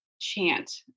chant